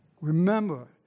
Remember